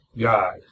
God